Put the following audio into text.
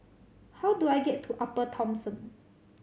how do I get to Upper Thomson